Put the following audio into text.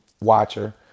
watcher